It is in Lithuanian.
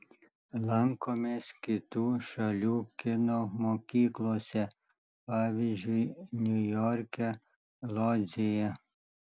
lankomės kitų šalių kino mokyklose pavyzdžiui niujorke lodzėje